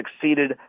succeeded